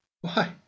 Why